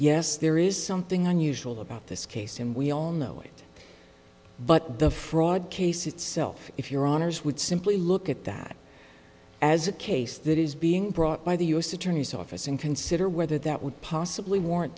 yes there is something unusual about this case and we all know it but the fraud case itself if your honour's would simply look at that as a case that is being brought by the u s attorney's office and consider whether that would possibly warrant